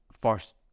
first